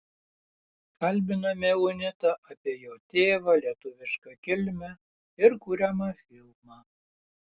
kalbinome unitą apie jo tėvą lietuvišką kilmę ir kuriamą filmą